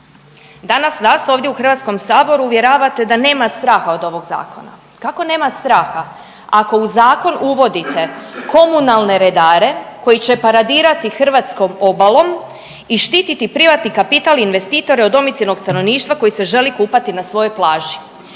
Danas nas ovdje u HS-u uvjeravate da nema straha od ovog zakona. Kako nema straha ako u zakon uvodite komunalne redare koji će paradirati hrvatskom obalom i štititi privatni kapital investitore od domicilnog stanovništva koji se želi kupati na svojoj plaži.